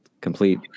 complete